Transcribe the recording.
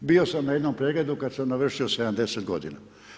Bio sam na jednom pregledu kad sam navršio 70 godina.